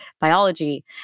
biology